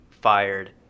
fired